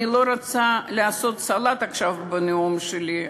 אני לא רוצה לעשות עכשיו סלט בנאום שלי,